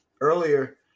earlier